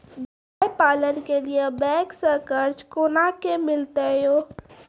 गाय पालन के लिए बैंक से कर्ज कोना के मिलते यो?